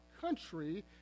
country